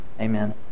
Amen